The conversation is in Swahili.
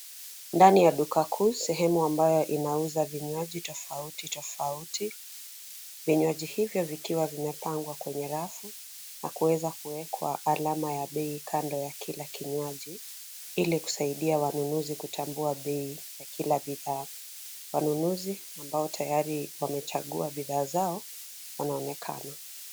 Ndani ya duka kuu sehemu ambayo inauza vinywaji tofauti tofauti. Vinywaji hivyo vikiwa vimepangwa kwenye rafu na kuweza kuwekwa alama ya bei kando ya kila kinywaji ili kusaidia wanunuzi kutambua bei ya kila bidhaa. Wanunuzi ambao tayari wamechagua bidhaa zao wanaonekana.